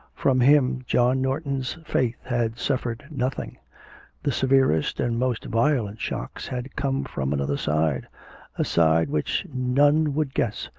from him john norton's faith had suffered nothing the severest and most violent shocks had come from another side a side which none would guess,